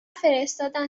فرستادن